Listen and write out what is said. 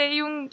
yung